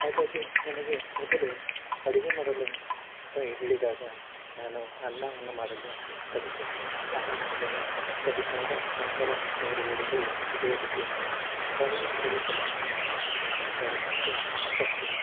ಹಾಗಾಗಿ ನನಗೆ ಮೊದಲು ಅಡುಗೆ ಮಾಡಲು ಸೊ ಹೇಳಿದಾಗ ನಾನು ಅನ್ನವನ್ನು ಮಾಡಲು ಕಲಿತೆ ಅನ್ನ ಮಾಡಲು ಕಲಿತಾಗ ನಂತರ ಅವರು ಹೇಳಿದರು ಇದೇ ರೀತಿ ಸಾಂಬಾರನ್ನು ಮಾಡಲು ಕಲಿಯೆಂದು ಸಾಂಬಾರು ಮಾಡಲು ಫಸ್ಟು